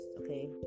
okay